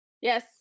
Yes